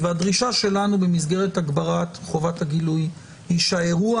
והדרישה שלנו במסגרת הגברת חובת הגילוי היא שהאירוע